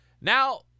Now